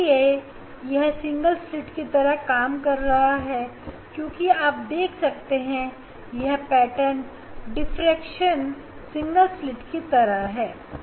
इसीलिए यह single slit की तरह काम कर रहा है क्योंकि आप देख सकते हैं यह पैटर्न डिफ्रेक्शन सिंगल स्लिट के तरह है